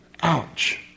ouch